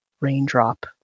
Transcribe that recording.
raindrop